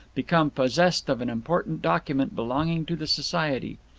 become possessed of an important document belonging to the society.